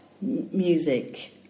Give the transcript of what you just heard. music